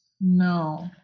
no